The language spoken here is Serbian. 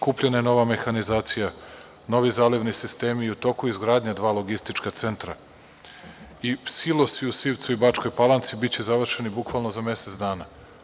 Kupljena je nova mehanizacija, novi zalivni sistemi i u toku je izgradnja dva logistička centra i silosi u Sivcu i Bačkoj Palanci biće završeni bukvalno za mesec dana.